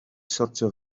sortio